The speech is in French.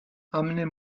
amenez